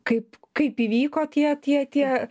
kaip kaip įvyko tie tie tie